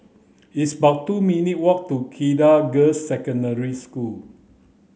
it's about two minutes' walk to Cedar Girls' Secondary School